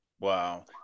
Wow